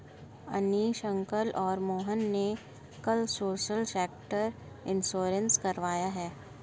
Hanish uncle और मोहन ने कल सोशल सेक्टर इंश्योरेंस करवाया है